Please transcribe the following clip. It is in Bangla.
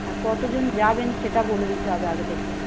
আর কতজন যাবেন সেটা বলে দিতে হবে আগে থেকে